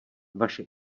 vaše